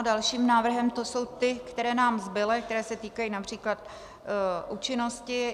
Dalším návrhem to jsou ty, které nám zbyly, které se týkají například účinnosti.